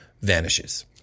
vanishes